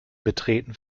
betreten